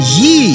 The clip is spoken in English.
ye